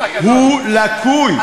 הוא לקוי,